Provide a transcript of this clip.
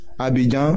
Abidjan